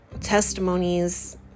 testimonies